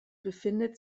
befindet